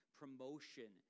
promotion